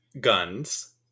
guns